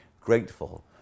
grateful